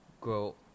grow